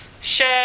share